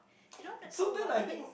they don't want to talk about this